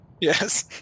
Yes